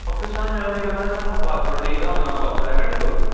ਪਾਕਿਸਤਾਨ ਜਾਣ ਲਈ ਪਹਿਲਾਂ ਤਾਂ ਤੁਹਾਨੂੰ ਪਾਸਪੋਰਟ ਚਾਹੀਦਾ ਹੋਣਾ ਪਾਸਪੋਰਟ ਹੈ ਤੁਹਾਡੇ ਕੋਲ